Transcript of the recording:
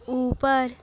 ऊपर